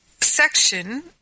section